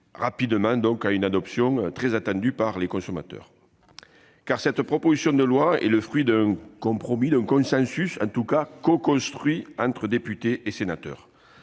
rapidement à une adoption très attendue par les consommateurs. En effet, cette proposition de loi est le fruit d'un compromis et d'un consensus coconstruit entre députés et sénateurs.